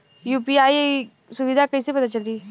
UPI सुबिधा कइसे पता चली?